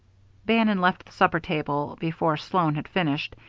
bannon left the supper table before sloan had finished,